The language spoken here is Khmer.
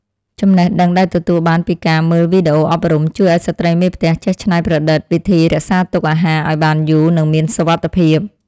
ចំណេះដឹងដែលទទួលបានពីការមើលវីដេអូអប់រំ ជួយឱ្យស្ត្រីមេផ្ទះចេះច្នៃប្រឌិតវិធីរក្សាទុកអាហារឱ្យបានយូរនិងមានសុវត្ថិភាព។